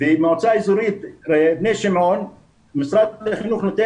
במועצה אזורית בני שמעון משרד החינוך נותן